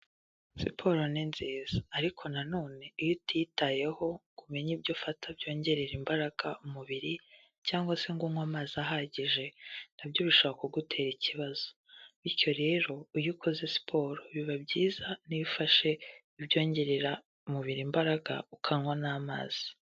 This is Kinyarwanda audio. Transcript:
Siporo ni nziza. Ariko nanone iyo utiyitayeho ngo umenye ibyo ufata byongerera imbaraga umubiri, cyangwa se ngo unywe amazi ahagije, na byo bishobora kugutera ikibazo. Bityo rero iyo ukoze siporo, biba byiza niyo ufashe ibyongerera umubiri imbaraga, ukanywa n'amazi.